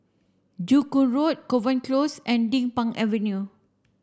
Joo Hong Road Kovan Close and Din Pang Avenue